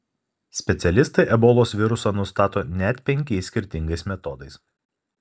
specialistai ebolos virusą nustato net penkiais skirtingais metodais